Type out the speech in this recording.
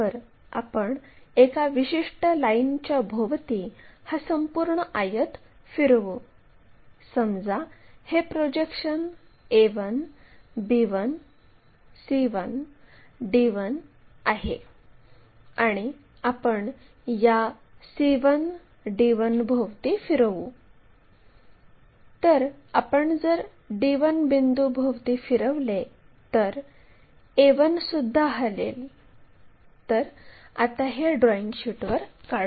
आता आपल्याला बिंदू q पासून एक लाईन काढायची आहे म्हणून आपण बिंदू q पासून 120 डिग्रीची लाईन या दिशेने काढावी आणि ही लाईन XY च्यावर 50 मिमी अंतरावर असलेल्या आडव्या लाईनला मिळेल